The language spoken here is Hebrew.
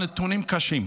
הנתונים קשים,